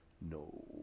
no